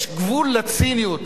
יש גבול לציניות.